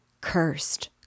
Cursed